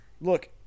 look